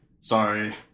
sorry